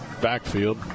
backfield